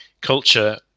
culture